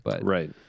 Right